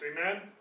amen